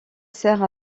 sert